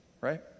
right